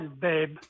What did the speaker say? babe